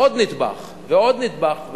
עוד נדבך ועוד נדבך,